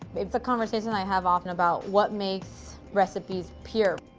it's a conversation i have often about what makes recipes pure.